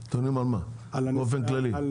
אני מדברת על נסיעה מירושלים לאילת.